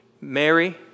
Mary